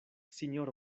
sinjoro